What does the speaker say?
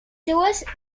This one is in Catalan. seues